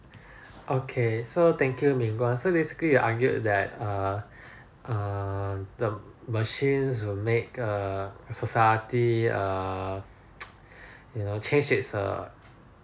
okay so thank you ming-guan so basically you argued that err err the machines will make err society err you know change is err